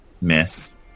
Miss